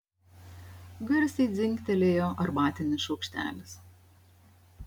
garsiai dzingtelėjo arbatinis šaukštelis